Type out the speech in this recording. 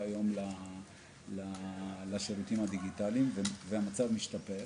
היום לשירותים הדיגיטליים והמצב משתפר.